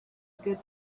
good